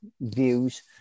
views